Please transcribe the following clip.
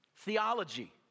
Theology